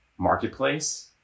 marketplace